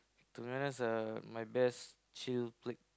to be honest my best chill place